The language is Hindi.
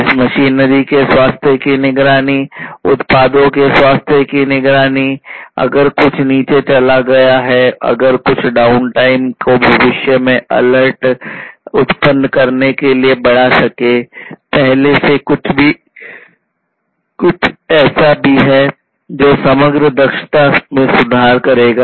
इस मशीनरी के स्वास्थ्य की निगरानी उत्पादों के स्वास्थ्य की निगरानी अगर कुछ नीचे चला गया है अगर कुछ डाउनटाइम उत्पन्न करने के लिए बढ़ा सकें पहले से कुछ ऐसा भी है जो समग्र दक्षता सुधार में मदद करेगा